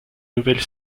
nouvelle